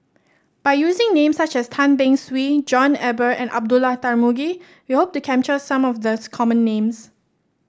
by using names such as Tan Beng Swee John Eber and Abdullah Tarmugi we hope to capture some of the common names